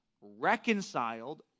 reconciled